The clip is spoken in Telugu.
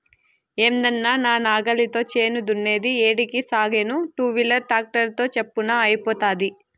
ఏందన్నా నా నాగలితో చేను దున్నేది ఏడికి సాగేను టూవీలర్ ట్రాక్టర్ తో చప్పున అయిపోతాది